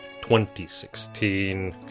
2016